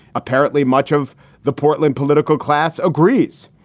apparently, much of the portland political class agrees.